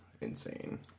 insane